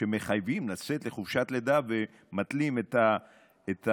כשמחייבים לצאת לחופשת לידה ומתנים את התשלום,